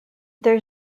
there